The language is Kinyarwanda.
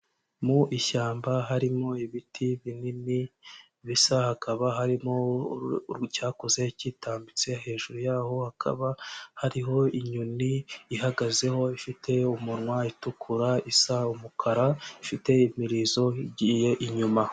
Mu ishyamba harimo ibiti binini, bisa, hakaba harimo icyakuze cyitambitse, hejuru y'aho hakaba hariho inyoni ihagazeho, ifite umunwa utukura, isa umukara, ifite imirizo igiye inyuma.